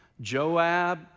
Joab